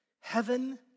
heaven